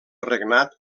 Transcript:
regnat